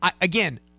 Again